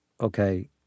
okay